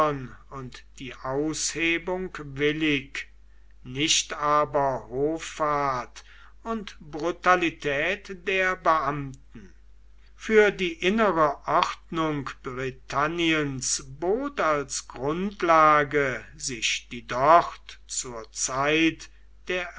und die aushebung willig nicht aber hoffart und brutalität der beamten für die innere ordnung britanniens bot als grundlage sich die dort zur zeit der